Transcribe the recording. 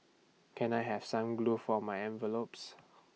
can I have some glue for my envelopes